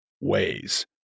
ways